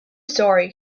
sorry